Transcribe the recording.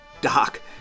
doc